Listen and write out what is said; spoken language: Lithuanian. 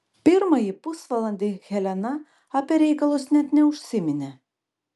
pirmąjį pusvalandį helena apie reikalus net neužsiminė